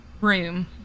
room